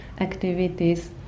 activities